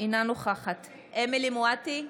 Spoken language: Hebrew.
אינה נוכחת אמילי חיה מואטי,